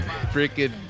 freaking